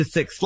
Six